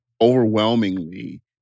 overwhelmingly